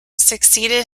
succeeded